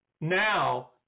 Now